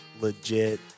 legit